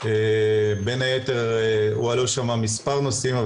בין היתר הועלו שם מספר נושאים,